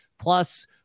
Plus